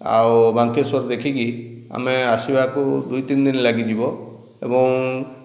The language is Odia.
ଆଉ ବାଙ୍କେଶ୍ୱର ଦେଖିକି ଆମେ ଆସିବାକୁ ଦୁଇ ତିନି ଦିନି ଲାଗିଯିବ ଏବଂ